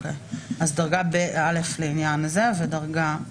אז זה יהיה דרגה א' לעניין בעל מפעל ודרגה ב'